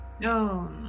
no